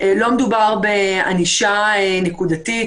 לא מדובר בענישה נקודתית,